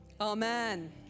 Amen